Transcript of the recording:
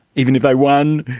even if they won,